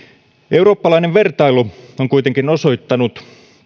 eurooppalainen vertailu on kuitenkin osoittanut